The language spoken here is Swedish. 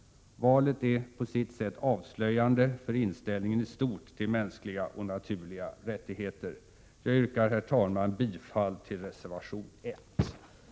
Valet är avslöjande för inställningen i stort till mänskliga och naturliga rättigheter. Jag yrkar, herr talman, bifall till reservation 1.